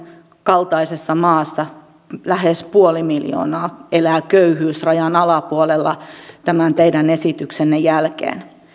kaltaisessa maassa lähes puoli miljoonaa elää köyhyysrajan alapuolella tämän teidän esityksenne jälkeen